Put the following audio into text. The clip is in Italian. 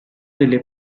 delle